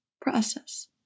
process